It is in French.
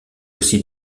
aussi